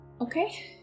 okay